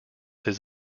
his